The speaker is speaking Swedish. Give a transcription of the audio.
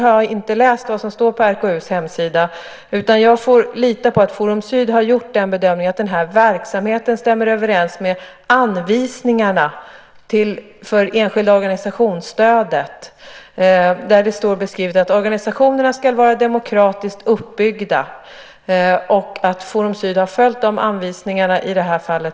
Jag har inte läst vad som står på RKU:s hemsida, utan jag får lita på att Forum Syd gjort bedömningen att den här verksamheten stämmer överens med anvisningarna för stödet till enskilda organisationer. Där står det beskrivet att organisationerna ska vara demokratiskt uppbyggda och att Forum Syd har följt anvisningarna också i det här fallet.